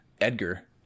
Edgar